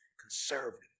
conservative